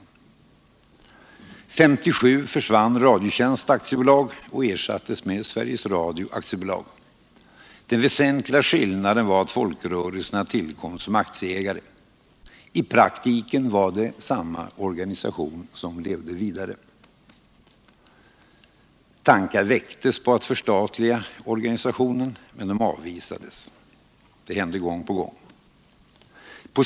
1957 försvann AB Radiotjänst och ersattes med Sveriges Radio AB. Den väsentliga skillnaden var att folkrörelserna tillkom som aktieägare. I praktiken var det samma organisation som levde vidare. Tankar väcktes på att förstatliga organisationen, men de avvisades. Detta hände gång på gång.